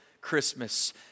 Christmas